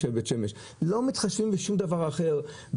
ימשיכו לשלם את זה לא בצורה של אפליקציות אלא בצורה המסורתית,